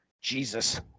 Jesus